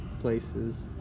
places